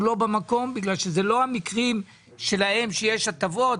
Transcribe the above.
לא במקום כי אלה לא המקרים שיש הטבות.